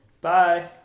bye